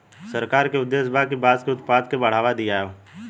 सरकार के उद्देश्य बा कि बांस के उत्पाद के बढ़ावा दियाव